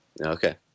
okay